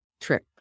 trip